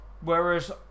Whereas